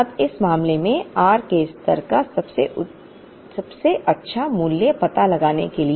अब इस मामले में आर के स्तर का सबसे अच्छा मूल्य पता लगाने के लिए